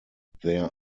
there